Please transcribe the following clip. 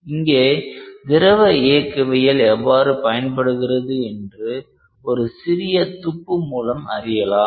இங்கே திரவ இயக்கவியல் எவ்வாறு பயன்படுகிறது என்று ஒரு சிறிய துப்பு மூலம் அறியலாம்